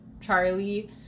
Charlie